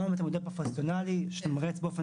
עברנו על המודל הפרופסיונלי שמתמרץ באופן